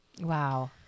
Wow